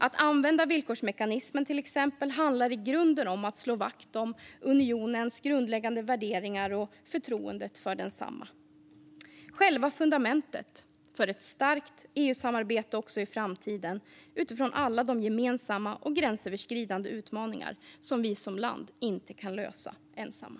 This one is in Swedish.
Att använda villkorsmekanismen, till exempel, handlar i grunden om att slå vakt om unionens grundläggande värderingar och förtroendet för densamma - själva fundamentet för ett starkt EU-samarbete också i framtiden utifrån alla de gemensamma och gränsöverskridande utmaningar som vi som land inte kan lösa ensamma.